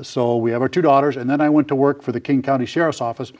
so we have our two daughters and then i went to work for the king county sheriff's office